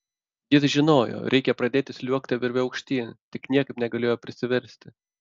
jis žinojo reikia pradėti sliuogti virve aukštyn tik niekaip negalėjo prisiversti